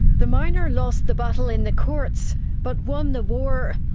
the miner lost the battle in the courts but won the war.